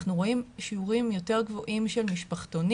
אנחנו רואים שיעורים יותר גבוהים של משפחתונים.